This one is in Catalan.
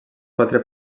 quatre